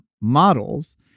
models